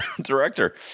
director